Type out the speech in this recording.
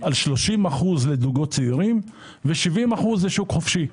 30% לזוגות צעירים ו-70% לשוק חופשי.